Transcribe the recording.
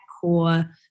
core